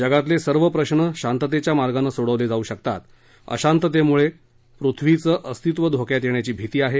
जगातले सर्व प्रश्न शांततेच्या मार्गानं सोडवले जाऊ शकतात अशांततेमुळे पृथ्वीचं अस्तित्व धोक्यात येण्याची भीती आहे